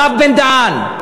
הרב בן-דהן,